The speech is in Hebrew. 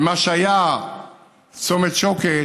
ומה שהיה צומת שוקת,